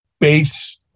base